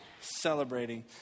celebrating